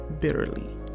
bitterly